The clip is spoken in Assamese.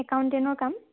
একাউণ্টেনৰ কাম